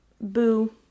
boo